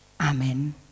Amen